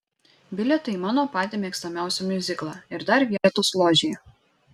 bilietai į mano patį mėgstamiausią miuziklą ir dar vietos ložėje